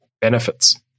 benefits